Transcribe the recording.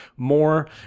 more